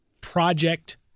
project